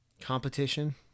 competition